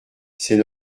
c’est